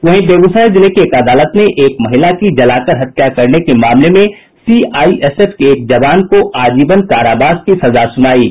वहीं बेगूसराय जिले की एक अदालत ने एक महिला की जलाकर हत्या करने के मामले में सीआईएसएफ के एक जवान को आजीवन कारावास की सजा सुनाई है